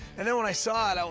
and then when i saw it, i